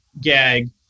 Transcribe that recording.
gag